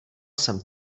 jsem